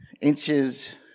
inches